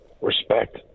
respect